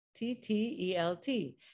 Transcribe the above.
TTELT